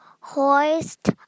Hoist